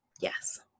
yes